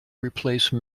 replace